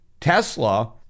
Tesla